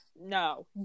No